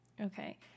Okay